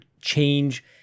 change